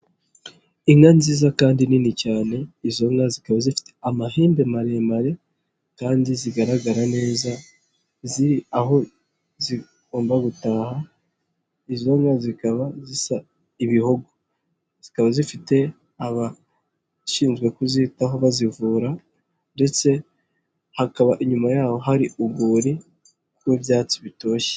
Inka nziza kandi nini cyane, izo nka zikaba zifite amahembe maremare kandi zigaragara neza ziri aho zigomba gutaha, izo nka zikaba zisa ibihogo, zikaba zifite abashinzwe kuzitaho bazivura ndetse hakaba inyuma yaho hari urwuri rw'ibyatsi bitoshye.